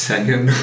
Second